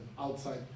outside